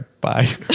bye